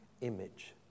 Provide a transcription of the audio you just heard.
image